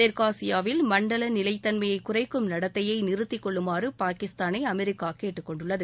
தெற்காசியாவில் மண்டல நிலைத்தன்மையை குறைக்கும் நடத்தையை நிறுத்திக் கொள்ளுமாறு பாகிஸ்தானை அமெரிக்கா கேட்டுக் கொண்டுள்ளது